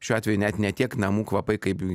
šiuo atveju net ne tiek namų kvapai kaip